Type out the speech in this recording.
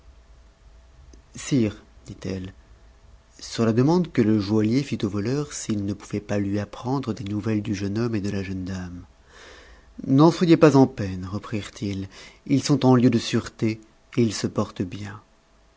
dit-elle sur la demande que le joaillier fit aux voleurs s'itsne pouvaient pas lui apprendre des nouvelles du jeune homme et de la jeune dame n'en soyez pas en peine reprirent-ils ils sont en heu de sûreté et ils se portent bien